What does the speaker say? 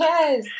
Yes